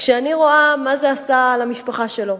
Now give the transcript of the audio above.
כשאני רואה מה זה עשה למשפחה שלו,